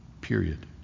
period